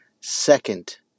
second